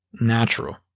Natural